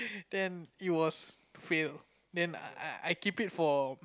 then it was fail then I I I keep it for